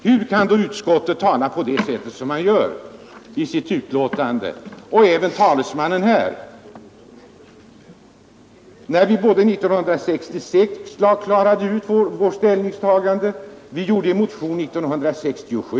Hur kan utskottsmajoriteten tala på det sätt som man gör i sitt betänkande och som även dess talesman här gör, när vi dokumenterat klart har tagit ställning både 1966 och i motionen 1967?